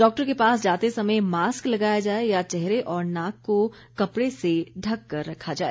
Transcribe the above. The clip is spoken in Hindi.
डॉक्टर के पास जाते समय मास्क लगाया जाए या चेहरे और नाक को कपड़े से ढक कर रखा जाए